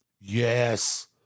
Yes